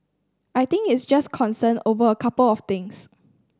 I think it's just concern over a couple of things